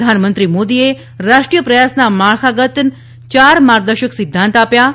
પ્રધાનમંત્રી મોદીએ રાષ્ટ્રીય પ્રયાસના માળખાગતન ચાર માર્ગદર્શક સિધ્ધાંત આપ્યા હતા